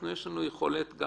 אנחנו, יש לנו יכולת גם